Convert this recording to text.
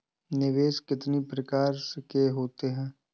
निवेश कितनी प्रकार के होते हैं?